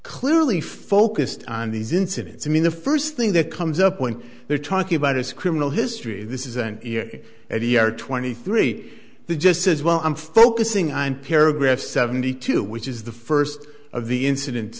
clearly focused on these incidents i mean the first thing that comes up when they're talking about his criminal history this isn't any are twenty three the just says well i'm focusing on paragraph seventy two which is the first of the incidents